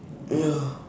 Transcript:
ya